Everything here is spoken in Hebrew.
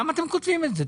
למה אתם כותבים את זה?